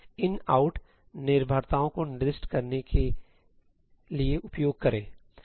in out' निर्भरताओं को निर्दिष्ट करने के लिए उपयोग करें